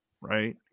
right